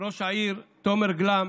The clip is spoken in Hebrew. ראש העיר תומר גלאם